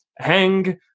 hang